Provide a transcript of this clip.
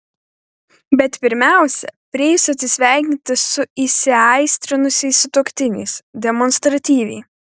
bet pirmiausia prieisiu atsisveikinti su įsiaistrinusiais sutuoktiniais demonstratyviai